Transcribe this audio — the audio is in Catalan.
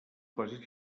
quasi